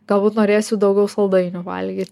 galbūt norėsiu daugiau saldainių valgyti